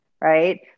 right